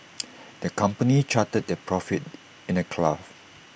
the company charted their profits in A graph